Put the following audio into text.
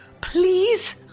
Please